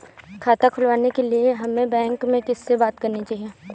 खाता खुलवाने के लिए हमें बैंक में किससे बात करनी चाहिए?